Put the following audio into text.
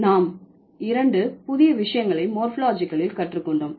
நாம் இரண்டு புதிய விஷயங்களை மோர்பாலஜிகலில் கற்றுக்கொண்டோம்